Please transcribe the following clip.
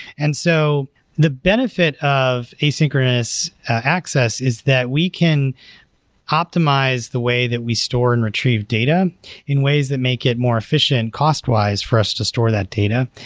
and so the benefit of asynchronous access is that we can optimize the way that we store and retrieve data in ways that make it more efficient cost-wise for us to store that data.